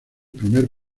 primer